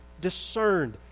discerned